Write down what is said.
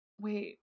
Wait